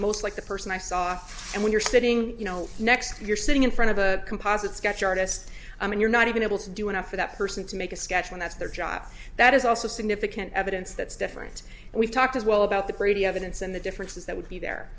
most like the person i saw and when you're sitting next you're sitting in front of a composite sketch artist i mean you're not even able to do enough for that person to make a sketch and that's their job that is also significant evidence that's different and we've talked as well about the brady evidence and the differences that would be there